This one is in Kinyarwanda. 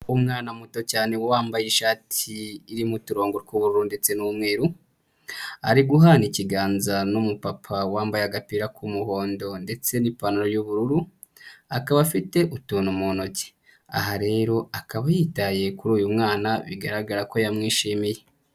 Umwana muto cyane wambaye ishati iri mu turongo tw'uburu ndetse n'umweru, ari guhana ikiganza n'umupapa wambaye agapira k'umuhondo ndetse n'ipantaro y'ubururu akaba afite utuntu mu ntoki, aha rero akaba yitaye kuri uyu mwana bigaragara ko yamwishimiye.